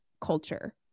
culture